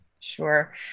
Sure